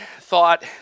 thought